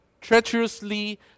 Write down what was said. treacherously